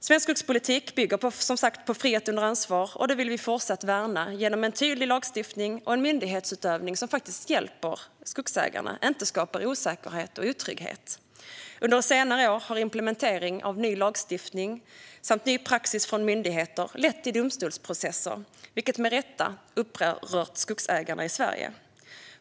Svensk skogspolitik bygger som sagt på frihet under ansvar, och det vill vi fortsatt värna genom en tydlig lagstiftning och en myndighetsutövning som hjälper skogsägarna och som inte skapar osäkerhet och otrygghet. Under senare år har implementering av ny lagstiftning liksom ny praxis från myndigheter lett till domstolsprocesser, vilket med rätta upprört skogsägarna i Sverige.